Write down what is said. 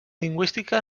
lingüística